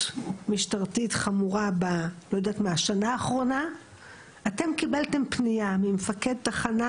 משטרתית חמורה בשנה האחרונה אתם קיבלתם פנייה ממפקד תחנה